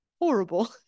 horrible